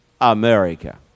America